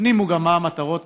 יפנימו מה המטרות